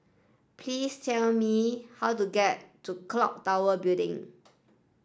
please tell me how to get to Clock Tower Building